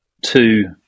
two